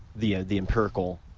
the ah the empirical